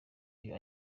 you